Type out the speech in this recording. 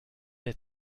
der